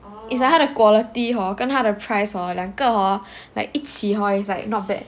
is like 他的 quality hor 跟他的 price hor 两个 hor like 一起 hor is like not bad